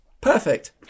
Perfect